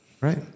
right